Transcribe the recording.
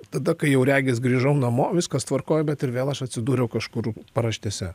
tada kai jau regis grįžau namo viskas tvarkoj bet ir vėl aš atsidūriau kažkur paraštėse